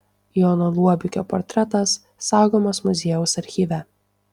jono luobikio portretas saugomas muziejaus archyve